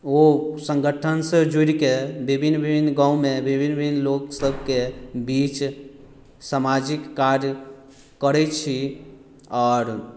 ओ संगठन से जुड़िकेँ विभिन्न विभिन्न गाँवमे विभिन्न विभिन्न लोक सबकेँ बीच सामाजिक कार्य करै छी आओर